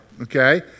okay